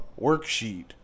worksheet